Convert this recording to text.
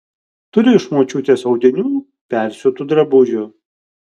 turiu iš močiutės audinių persiūtų drabužių